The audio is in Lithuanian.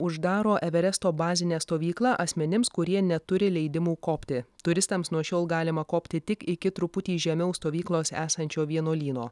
uždaro everesto bazinę stovyklą asmenims kurie neturi leidimų kopti turistams nuo šiol galima kopti tik iki truputį žemiau stovyklos esančio vienuolyno